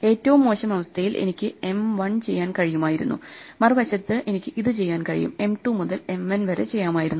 ഏറ്റവും മോശം അവസ്ഥയിൽ എനിക്ക് M 1 ചെയ്യാൻ കഴിയുമായിരുന്നു മറുവശത്ത് എനിക്ക് ഇത് ചെയ്യാൻ കഴിയും M 2 മുതൽ M n വരെ ചെയ്യാമായിരുന്നു